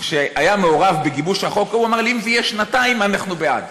שהיה מעורב בגיבוש החוק אמר לי: אם זה יהיה שנתיים אנחנו בעד.